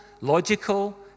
logical